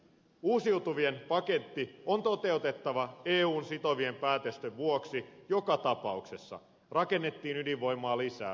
uusiutuvien paketti on toteutettava eun sitovien päätösten vuoksi joka tapauksessa rakennettiin ydinvoimaa lisää tai ei